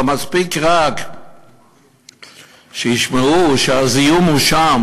אבל מספיק שישמעו שהזיהום שם